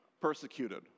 persecuted